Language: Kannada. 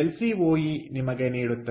ಎಲ್ ಸಿ ಓ ಇ ನಿಮಗೆ ನೀಡುತ್ತದೆ